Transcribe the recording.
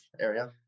area